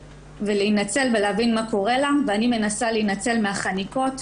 ולהינצל ולהבין מה קורה לה ואני מנסה להינצל מן החניקות.